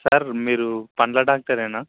sir మీరు పళ్ళ డాక్టరేనా